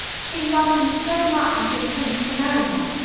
she loved him so much, and he had promised to marry her!